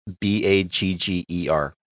B-A-G-G-E-R